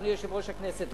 אדוני יושב-ראש הכנסת,